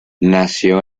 nació